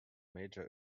major